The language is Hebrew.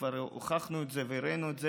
וכבר הוכחנו את זה והראינו את זה.